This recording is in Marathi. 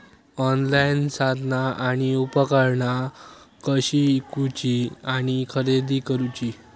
ऑनलाईन साधना आणि उपकरणा कशी ईकूची आणि खरेदी करुची?